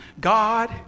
God